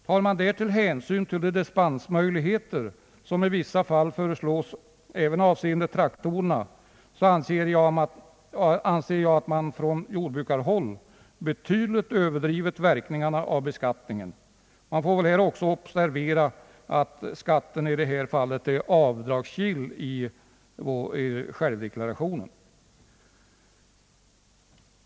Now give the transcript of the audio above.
Tar man därtill hänsyn till de dispensmöjligheter som föreslås även för traktorer i vissa fall, anser jag att man från jordbrukarhåll betydligt överdriver verkningarna av beskattningen, Det bör också observeras att skatten i detta fall är avdragsgill i självdeklarationen.